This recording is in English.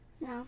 No